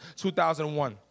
2001